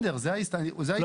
זו ההסתייגויות שלו.